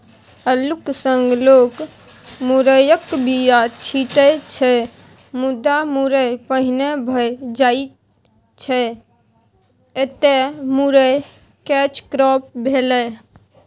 अल्लुक संग लोक मुरयक बीया छीटै छै मुदा मुरय पहिने भए जाइ छै एतय मुरय कैच क्रॉप भेलै